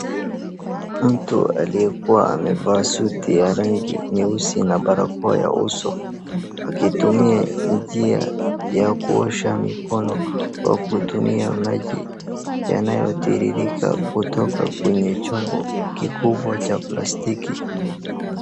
Mtu aliyekuwa amevaa suti ya rangi nyeusi na barakoa ya uso, akitumia njia ya kuosha mikono kwa kutumia maji yanayotiririka kutoka kwenye chombo kikubwa cha plastiki.